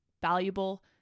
valuable